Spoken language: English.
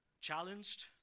Challenged